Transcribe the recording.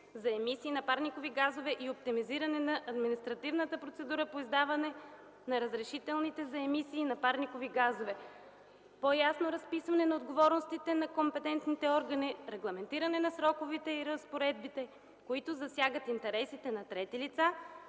за емисии на парникови газове, и оптимизиране на административната процедура по издаване на разрешителните за емисии на парникови газове (по-ясно разписване на отговорностите на компетентните органи, регламентиране на срокове и разпоредби, които засягат интересите на трети лица